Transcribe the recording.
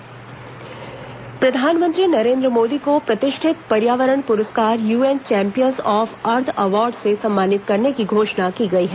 नरेन्द्र मोदी पर्यावरण पुरस्कार प्रधानमंत्री नरेन्द्र मोदी को प्रतिष्ठित पर्यावरण पुरस्कार UN champions of earth award से सम्मानित करने की घोषणा की गई है